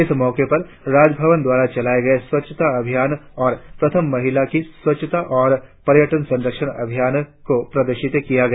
इस मौके पर राजभवन द्वारा चलाए गए स्वच्छता अभियान और प्रथम महिला की स्वच्छता और पर्यटन संरक्षण अभियान को प्रदर्शित किया गया